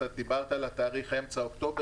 אלא גם לאדומות כדי להגדיל את האופציה של ישראלים